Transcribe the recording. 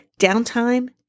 Downtime